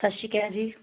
ਸਤਿ ਸ਼੍ਰੀ ਅਕਾਲ ਜੀ